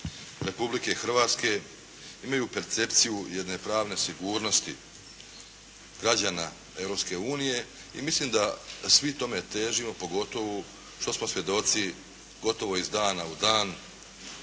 Republike Hrvatske imaju percepciju jedne pravne sigurnosti građana Europske unije i mislim da svi tome težimo pogotovo što smo svjedoci gotovo iz dana u dan